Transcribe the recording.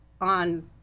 on